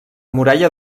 muralla